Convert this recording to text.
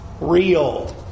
real